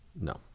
no